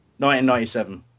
1997